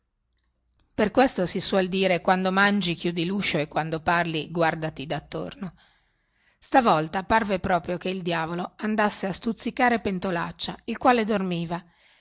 per questo si suol dire quando mangi chiudi luscio e quando parli guardati dattorno stavolta parve proprio che il diavolo andasse a stuzzicare pentolaccia il quale dormiva